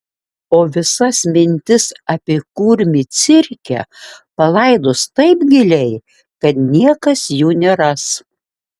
o visas mintis apie kurmį cirke palaidos taip giliai kad niekas jų neras